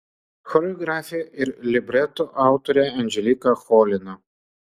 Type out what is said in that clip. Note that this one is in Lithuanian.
choreografė ir libreto autorė anželika cholina